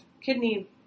kidney